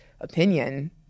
opinion